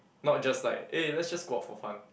not just like eh let's just go out for fun